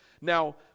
Now